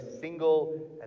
single